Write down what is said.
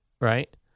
Right